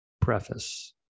Preface